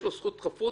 יש לו זכות חפות.